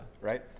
Right